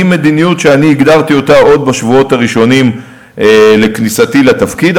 היא מדיניות שהגדרתי עוד בשבועות הראשונים לכניסתי לתפקיד.